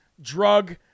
drug